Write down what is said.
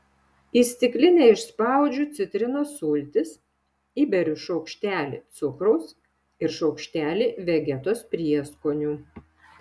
į stiklinę išspaudžiu citrinos sultis įberiu šaukštelį cukraus ir šaukštelį vegetos prieskonių